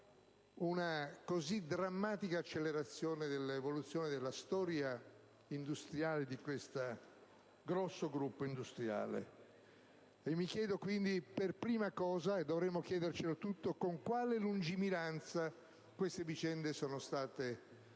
una così drammatica accelerazione dell'evoluzione della storia industriale di questo grosso gruppo industriale. Mi chiedo quindi per prima cosa, e dovremmo chiedercelo tutti, con quale lungimiranza queste vicende sono state osservate